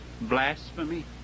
blasphemy